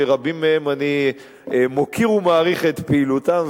שרבים מהם אני מוקיר ומעריך את פעילותם,